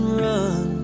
run